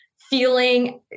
feeling